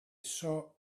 saw